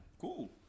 Cool